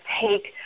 take